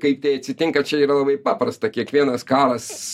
kaip tai atsitinka čia yra labai paprasta kiekvienas karas